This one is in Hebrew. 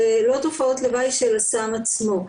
זה לא תופעות הלוואי של הסם עצמו.